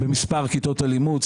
במספר כיתות הלימוד,